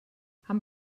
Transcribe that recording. haben